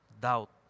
doubt